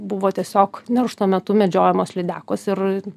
buvo tiesiog neršto metu medžiojamos lydekos ir